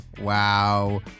wow